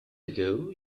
ago